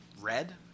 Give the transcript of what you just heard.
red